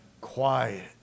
quiet